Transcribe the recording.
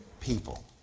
people